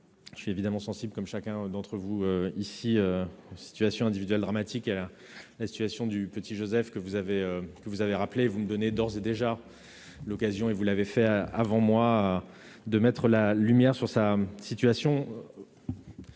je suis évidemment sensible, comme chacun d'entre vous ici, aux situations individuelles dramatiques et à la situation du petit Joseph, que vous avez rappelée et que vous me donnez d'ores et déjà l'occasion, comme vous l'avez fait, de mettre en lumière. Il est